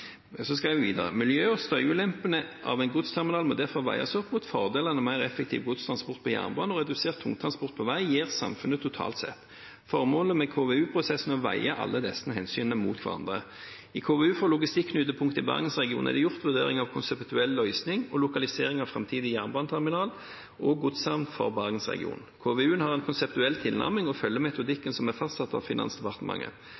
videre: «Miljø- og støyulempene av ein godsterminal må difor vegast opp mot fordelane meir effektiv godstransport på jernbane og redusert tungtrafikk på veg gir samfunnet totalt sett. Formålet med KVU-prosessen er å veie alle desse omsyna mot kvarandre. I KVU for logistikknutepunkt i Bergensregionen er det gjort vurderingar av konseptuell løysing og lokalisering av framtidig jernbaneterminal og godshamn for Bergensregionen. KVUen har ei konseptuell tilnærming, og